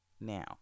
Now